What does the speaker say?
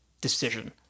decision